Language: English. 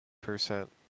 percent